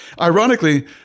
Ironically